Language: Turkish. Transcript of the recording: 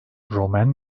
romen